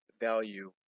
value